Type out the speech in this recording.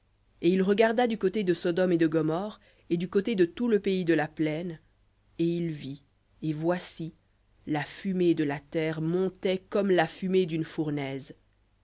et il regarda du côté de sodome et de gomorrhe et du côté de tout le pays de la plaine et il vit et voici la fumée de la terre montait comme la fumée d'une fournaise